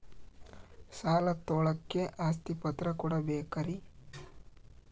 ಸಾಲ ತೋಳಕ್ಕೆ ಆಸ್ತಿ ಪತ್ರ ಕೊಡಬೇಕರಿ?